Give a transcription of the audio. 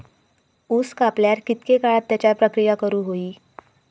ऊस कापल्यार कितके काळात त्याच्यार प्रक्रिया करू होई?